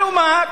כלומר,